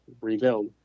rebuild